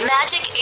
Magic